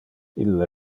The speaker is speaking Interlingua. ille